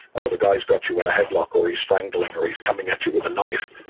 oh, the guy has got you in a headlock or he's strangling or he's coming at you with a knife,